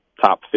top